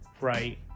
Right